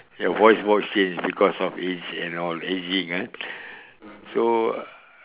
your voice box change because of age and all aging eh so